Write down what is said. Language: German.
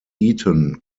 eton